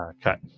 Cut